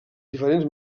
diferents